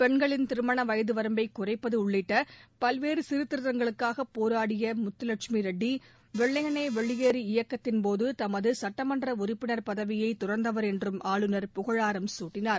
பெண்களின் திருமண வயதுவரம்பை குறைப்பது உள்ளிட்ட பல்வேறு சீர்திருத்தங்களுக்காக போராடிய முத்துலெட்சுமி ரெட்டி வெள்ளையனே வெளியேறு இயக்கத்தின்போது தமது சுட்டமன்ற உறுப்பினர் பதவியை துறந்தவர் என்றும் ஆளுநர் புகழாரம் சூட்டினார்